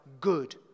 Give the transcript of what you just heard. good